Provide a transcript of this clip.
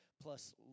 plus